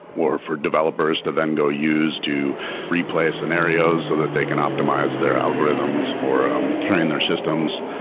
or for developers to then go use to replace scenarios so that they can optimize their algorithms or um train their systems.